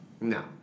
no